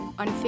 on